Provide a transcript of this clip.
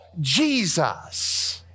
Jesus